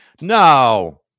No